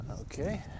Okay